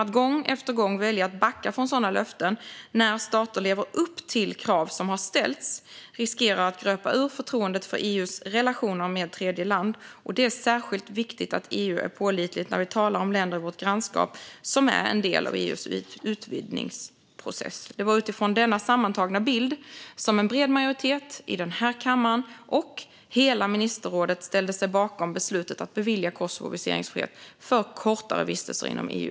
Att gång efter gång välja att backa från sådana löften när stater lever upp till krav som har ställts riskerar att gröpa ur förtroendet för EU:s relationer med tredjeland, och det är särskilt viktigt att EU är pålitligt när vi talar om länder i vårt grannskap som är en del av EU:s utvidgningsprocess. Det var utifrån denna sammantagna bild som en bred majoritet i den här kammaren och hela ministerrådet ställde sig bakom beslutet att från årsskiftet bevilja Kosovo viseringsfrihet för kortare vistelser inom EU.